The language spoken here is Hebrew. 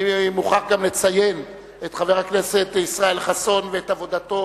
אני מוכרח גם לציין את חבר הכנסת ישראל חסון ואת עבודתו